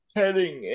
heading